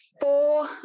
four